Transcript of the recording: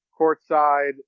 courtside